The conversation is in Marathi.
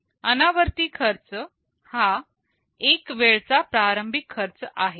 अनावर्ती खर्च हा एक वेळचा प्रारंभिक खर्च आहे